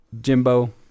Jimbo